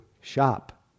shop